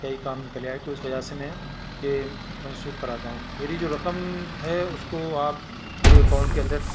کئی کام نکل آئے تو اس وجہ سے میں یہ منسوخ کراتا ہوں میری جو رقم ہے اس کو آپ میرے اکاؤنٹ کے اندر